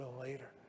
later